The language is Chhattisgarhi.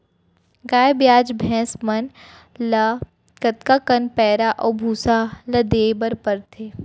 गाय ब्याज भैसा मन ल कतका कन पैरा अऊ भूसा ल देये बर पढ़थे?